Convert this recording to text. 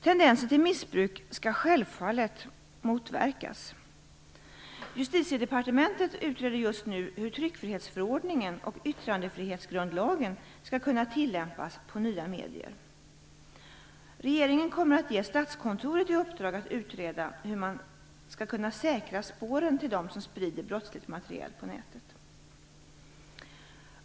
Tendenser till missbruk skall självfallet motverkas. Justitiedepartementet utreder just nu hur ----- tryckfrihetsförordningen och yttrandefrihetsgrundlagen skall kunna tillämpas på nya medier. Regeringen kommer att ge Statskontoret i uppdrag att utreda hur man skall kunna säkra spåren till dem som sprider brottsligt material på nätet.